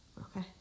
Okay